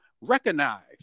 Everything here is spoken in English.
recognize